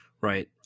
Right